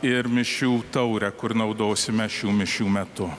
ir mišių taurę kur naudosime šių mišių metu